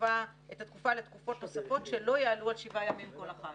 תקופה לתקופות נוספות שלא יעלו על 7 ימים כל אחת".